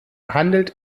handelt